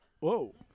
Whoa